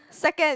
second